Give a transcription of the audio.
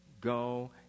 go